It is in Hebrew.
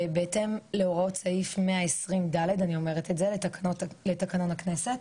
בהתאם להוראות סעיף 120 ד' לתקנון הכנסת,